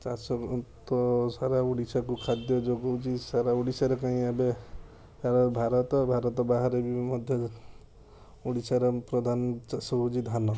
ଚାଷରୁ ତ ସାରା ଓଡ଼ିଶାକୁ ଖାଦ୍ୟ ଯୋଗାଉଛି ସାରା ଓଡ଼ିଶାରେ କାଇଁ ଏବେ ସାରା ଭାରତ ଭାରତ ବାହାରେ ବି ମଧ୍ୟ ଓଡ଼ିଶାର ପ୍ରଧାନ ଚାଷ ହୋଉଛି ଧାନ